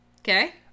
okay